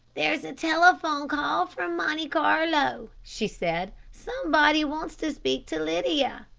there's a telephone call from monte carlo, she said. somebody wants to speak to lydia.